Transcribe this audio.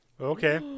Okay